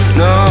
no